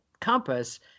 compass